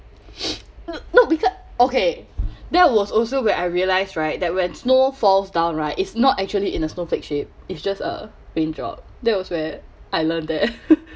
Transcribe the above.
uh no because okay that was also when I realise right that when snow falls down right it's not actually in a snowflake shape it's just a raindrop that was where I learn that